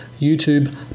YouTube